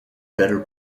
better